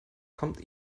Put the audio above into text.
kommt